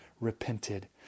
repented